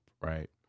right